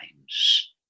times